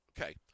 Okay